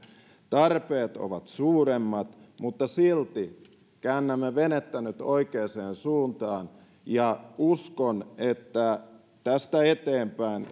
tarpeet ovat suuremmat mutta silti käännämme venettä nyt oikeaan suuntaan ja uskon että tästä eteenpäin